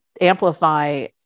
Amplify